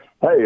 Hey